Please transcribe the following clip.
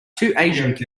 kids